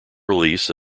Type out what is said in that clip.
release